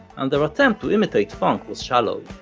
and their attempt to imitate funk was shallow.